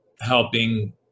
helping